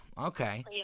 Okay